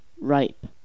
Ripe